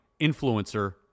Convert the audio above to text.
Influencer